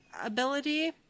ability